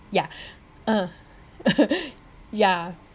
ya ah ya